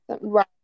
Right